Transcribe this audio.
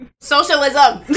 Socialism